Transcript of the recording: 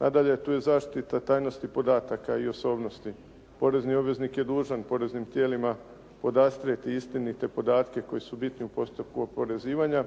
Nadalje, tu je zaštita tajnosti podataka i osobnosti. Porezni obveznik je dužan poreznim tijelima podastrijeti istinite podatke koji su bitni u postupku oporezivanja,